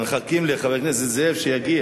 אנחנו מחכים לחבר הכנסת זאב שיגיע,